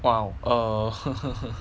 !wow! err